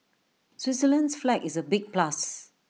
Switzerland's flag is A big plus